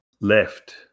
left